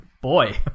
Boy